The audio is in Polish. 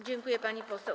Dziękuję, pani poseł.